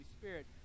Spirit